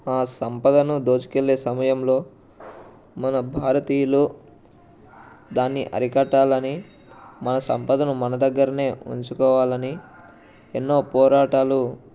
ఆ సంపదను దోచుకెళ్లే సమయంలో మన భారతీయులు దాన్ని అరికట్టాలని మన సంపదను మన దగ్గరనే ఉంచుకోవాలని ఎన్నో పోరాటాలు